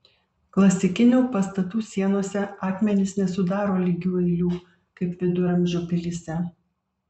klasikinių pastatų sienose akmenys nesudaro lygių eilių kaip viduramžių pilyse